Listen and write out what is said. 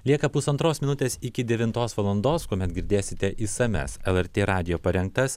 lieka pusantros minutės iki devintos valandos kuomet girdėsite išsamias lrt radijo parengtas